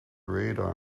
radar